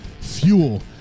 fuel